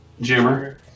Jimmer